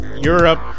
Europe